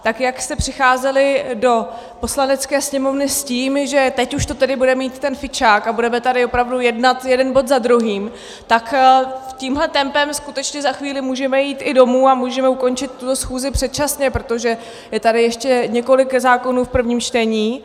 Tak jak jste přicházeli do Poslanecké sněmovny s tím, že teď už to tedy bude mít ten fičák a budeme tady opravdu jednat jeden bod za druhým, tak tímhle tempem skutečně za chvíli můžeme jít i domů a můžeme ukončit tuhle schůzi předčasně, protože je tady ještě několik zákonů v prvním čtení.